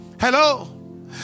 Hello